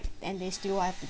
and they still want to